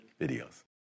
videos